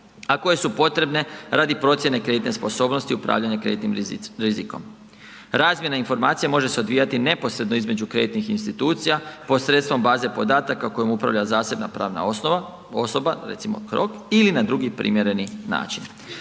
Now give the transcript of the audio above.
a koje su potrebne radi procjene kreditne sposobnosti upravljanja kreditnim rizikom. Razmjena informacija može se odvijati neposredno između kreditnih institucija posredstvom baze podataka kojom upravlja zasebno pravna osoba, recimo HROK ili na drugi primjereni način.